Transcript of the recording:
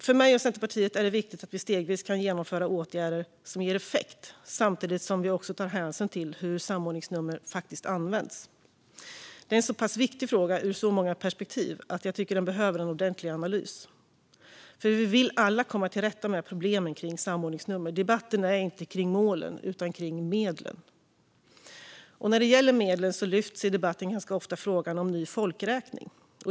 För mig och Centerpartiet är det viktigt att vi stegvis kan genomföra åtgärder som ger effekt samtidigt som vi också tar hänsyn till hur samordningsnummer faktiskt används. Detta är en så pass viktig fråga ur många perspektiv att jag tycker den behöver en ordentlig analys. Vi vill alla komma till rätta med problemen kring samordningsnummer. Debatten är inte kring målen utan kring medlen. När det gäller medlen lyfts ganska ofta frågan om ny folkräkning upp i debatten.